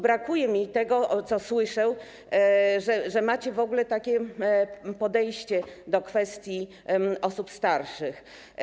Brakuje mi tego w tym, co słyszę, że macie w ogóle takie podejście do kwestii osób starszych.